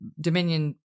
Dominion